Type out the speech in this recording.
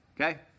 okay